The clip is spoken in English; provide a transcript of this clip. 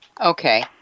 Okay